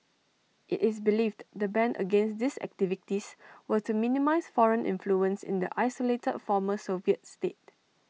IT is believed the ban against these activities were to minimise foreign influence in the isolated former Soviet state